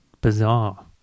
bizarre